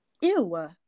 Ew